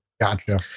Gotcha